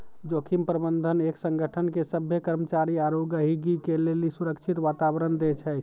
जोखिम प्रबंधन एक संगठन के सभ्भे कर्मचारी आरू गहीगी के लेली सुरक्षित वातावरण दै छै